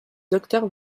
docteur